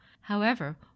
However